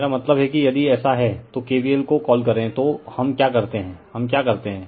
मेरा मतलब है कि यदि ऐसा हैं तो KVL को कॉल करे तो हम क्या करते हैं हम क्या करते हैं